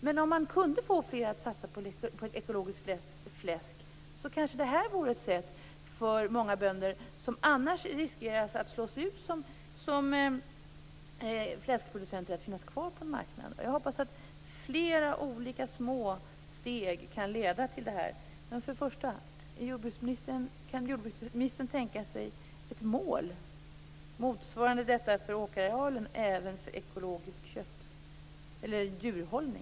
Men om man kunde få fler att satsa på ekologiskt producerat fläsk vore kanske det här ett sätt för många bönder att finnas kvar på marknaden - bönder som annars riskerar att slås ut som fläskproducenter. Jag hoppas att fler olika små steg kan leda till detta. Men först och främst undrar jag alltså: Kan jordbruksministern tänka sig ett mål även för ekologisk djurhållning, motsvarande det för åkerarealen?